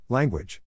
Language